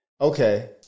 Okay